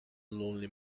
lonely